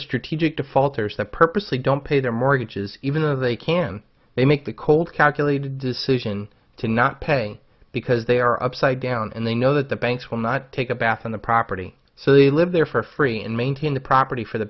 strategic defaulters that purposely don't pay their mortgages even though they can they make the cold calculated decision to not pay because they are upside down and they know that the banks will not take a bath on the property so they live there for free and maintain the property for the